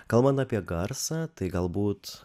kalbant apie garsą tai galbūt